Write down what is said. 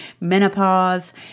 menopause